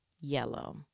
yellow